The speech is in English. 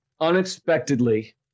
unexpectedly